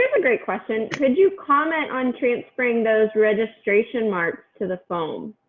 ah great question. can you comment on transferring those registration mark to the phone.